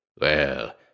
Well